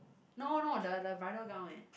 no no the the bridal gown eh